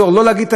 ומהצד השני,